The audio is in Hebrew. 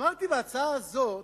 אמרתי בהצעה הזאת,